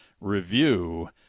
review